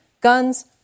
guns